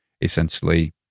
essentially